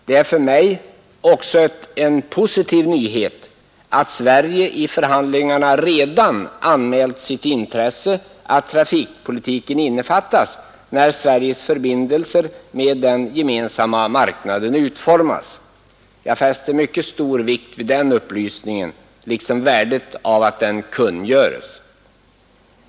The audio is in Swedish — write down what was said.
Det är för mig också en positiv nyhet att Sverige i förhandlingarna redan anmält sitt intresse att trafikpolitiken innefattas, 23 när Sveriges förbindelser med den gemensamma marknaden utformas. Jag fäster stor vikt vid den upplysningen liksom vid att den kungöres.